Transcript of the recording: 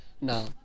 now